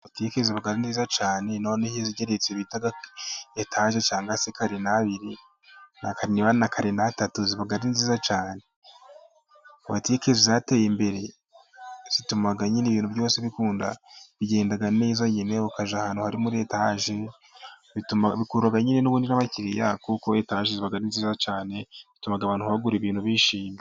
Botike ziba ari neza cyane, noneho inzu igeretse etage cyangwa se karinabiri niba ari na karinatatu ziba ari nziza cyane, botike zateye imbere zituma nyine ibintu byose bikunda, bigenda neza. Uragenda nyine ukajya ahantu hari muri etaje bikurura n'abakiya, kuko itaje ziba ari nziza cyane, bituma abantu bagura ibintu bishimye.